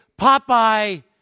Popeye